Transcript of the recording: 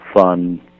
fun